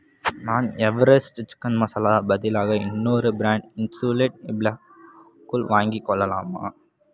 நான் Everest chicken masala பதிலாக இன்னொரு பிராண்ட் இன்சுலேட் ஃப்ளா குள் வாங்கிக் கொள்ளலாமா